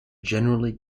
generally